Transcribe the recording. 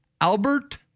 Albert